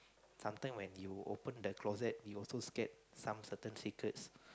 sometime when you open the closet you also scared some certain secrets